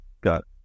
got